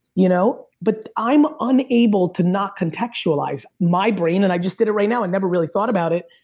you know but i'm unable to not contextualize my brain, and i just did it right now, and never really thought about it.